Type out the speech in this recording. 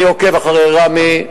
אני עוקב אחרי ראמה,